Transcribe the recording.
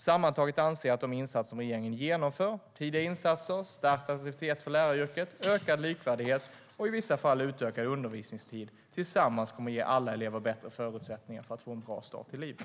Sammantaget anser jag att de insatser som regeringen genomför - tidiga insatser, stärkt attraktivitet för läraryrket, ökad likvärdighet och, i vissa fall, utökad undervisningstid - tillsammans kommer att ge alla elever bättre förutsättningar för att få en bra start i livet.